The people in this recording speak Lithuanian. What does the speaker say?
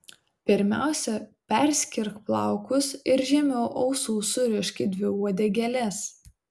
pirmiausia perskirk plaukus ir žemiau ausų surišk į dvi uodegėles